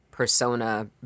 Persona